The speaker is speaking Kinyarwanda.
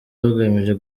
bugamije